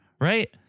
right